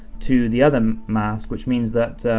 to the other mask, which means that